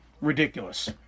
ridiculous